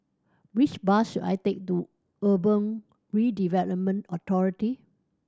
which bus should I take to Urban Redevelopment Authority